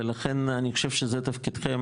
ולכן אני חושב שזה תפקידכם.